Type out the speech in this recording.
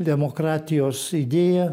demokratijos idėją